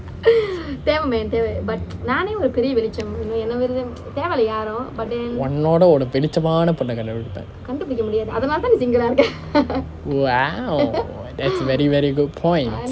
உன்னோட ஒரு பிடிச்சமான பொண்ணு கண்டுபிடிப்பேன்:unnoda oru pidichamaana ponnu kandupidipen !wow! that's very very good point